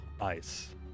ice